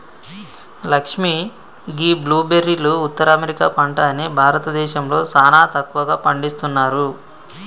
లక్ష్మీ గీ బ్లూ బెర్రీలు ఉత్తర అమెరికా పంట అని భారతదేశంలో సానా తక్కువగా పండిస్తున్నారు